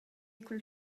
cul